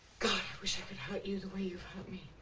wish i could hurt you the way you've hurt me.